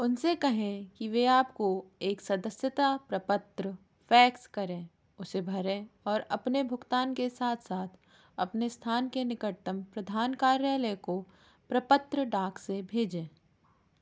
उनसे कहें कि वे आपको एक सदस्यता प्रपत्र फैक्स करें उसे भरें और अपने भुगतान के साथ साथ अपने स्थान के निकटतम प्रधान कार्यालय को प्रपत्र डाक से भेजें